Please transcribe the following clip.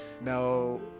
No